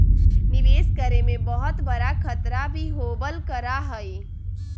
निवेश करे में बहुत बडा खतरा भी होबल करा हई